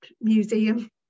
museum